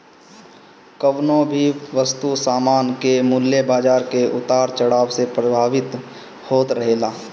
कवनो भी वस्तु सामान कअ मूल्य बाजार के उतार चढ़ाव से प्रभावित होत रहेला